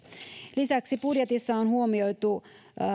lisäksi budjetissa on huomioitu